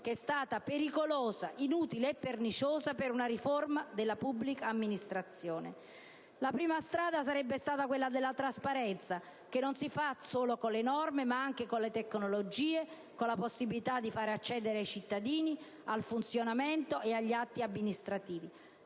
che è stata pericolosa, inutile e perniciosa per una riforma della pubblica amministrazione. La prima strada sarebbe stata quella della trasparenza, che non si fa solo con le norme, ma anche con le tecnologie, con la reale possibilità di far accedere i cittadini agli atti amministrativi.